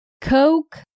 Coke